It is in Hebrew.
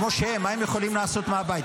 כמו שהם, מה הם יכולים לעשות מהבית?